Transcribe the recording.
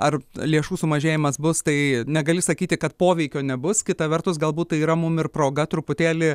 ar lėšų sumažėjimas bus tai negali sakyti kad poveikio nebus kita vertus galbūt tai yra mum ir proga truputėlį